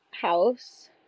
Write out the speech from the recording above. House